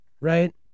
right